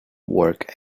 work